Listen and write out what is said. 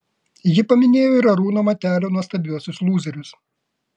ji paminėjo ir arūno matelio nuostabiuosius lūzerius